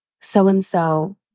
so-and-so